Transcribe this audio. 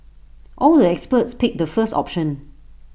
all the experts picked the first option